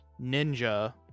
Ninja